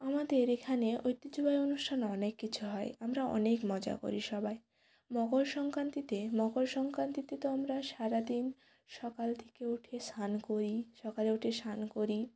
আমাদের এখানে ঐতিহ্যবাহী অনুষ্ঠানও অনেক কিছু হয় আমরা অনেক মজা করি সবাই মকর সংক্রান্তিতে মকর সংক্রান্তিতে তো আমরা সারা দিন সকাল থেকে উঠে স্নান করি সকালে উঠে স্নান করি